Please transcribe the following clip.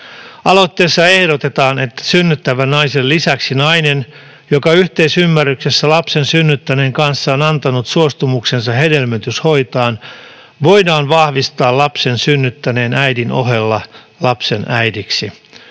Aloitteessa ehdotetaan, että synnyttävän naisen lisäksi nainen, joka yhteisymmärryksessä lapsen synnyttäneen kanssa on antanut suostumuksensa hedelmöityshoitoon, voidaan vahvistaa lapsen synnyttäneen äidin ohella lapsen äidiksi,